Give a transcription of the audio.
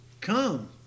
come